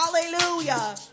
Hallelujah